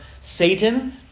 Satan